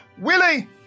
Willie